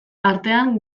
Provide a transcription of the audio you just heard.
artean